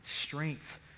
strength